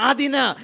Adina